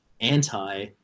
anti